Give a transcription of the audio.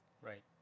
right